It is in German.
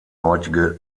heutige